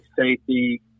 safety